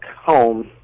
home